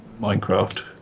Minecraft